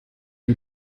die